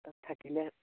থাকিলে